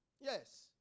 Yes